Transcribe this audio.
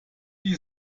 die